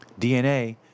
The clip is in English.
DNA